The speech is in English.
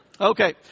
Okay